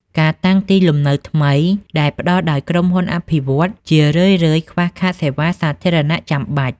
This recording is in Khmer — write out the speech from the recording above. ការតាំងទីលំនៅថ្មីដែលផ្ដល់ដោយក្រុមហ៊ុនអភិវឌ្ឍន៍ ជារឿយៗខ្វះខាតសេវាសាធារណៈចាំបាច់។